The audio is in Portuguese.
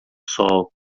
sol